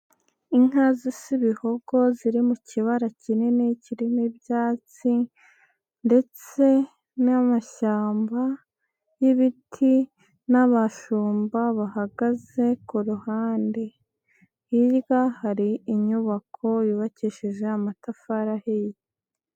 Inka z'ibihogo ziri mu kibara kinini, kirimo ibyatsi ndetse n'amashyamba y'ibiti n'abashumba bahagaze ku ruhande. Hirya hari inyubako yubakishijeje amatafari ahiye.